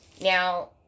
Now